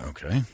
Okay